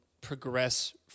progress